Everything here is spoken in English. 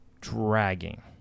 dragging